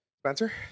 Spencer